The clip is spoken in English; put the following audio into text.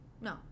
no